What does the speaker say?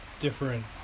different